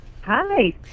Hi